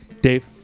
Dave